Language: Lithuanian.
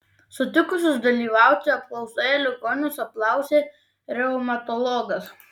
sutikusius dalyvauti apklausoje ligonius apklausė reumatologas